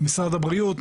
משרד הבריאות,